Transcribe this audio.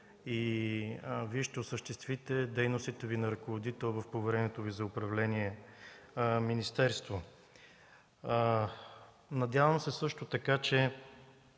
и Вие ще осъществите дейностите си на ръководител в повереното Ви за управление министерство. Надявам се също така, че